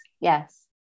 yes